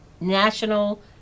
national